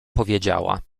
powiedziała